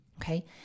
okay